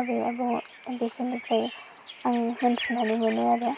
आबै आबौ बिसोरनिफ्राय आं मोनथिनानै मोनो आरो